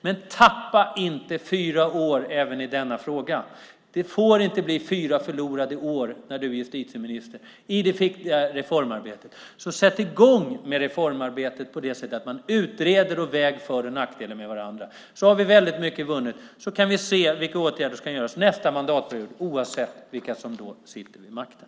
Men tappa inte fyra år även i denna fråga. Det får inte bli fyra förlorade år när du är justitieminister i det viktiga reformarbetet. Sätt i gång med reformarbetet genom att utreda och väga för och nackdelar mot varandra. Då är väldigt mycket vunnet. Då kan vi se vad som behöver göras nästa mandatperiod, oavsett vilka som då sitter vid makten.